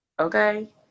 okay